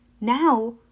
Now